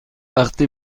وقتی